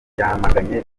yamaganye